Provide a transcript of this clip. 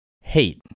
hate